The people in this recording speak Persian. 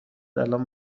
الان